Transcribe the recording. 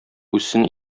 үссен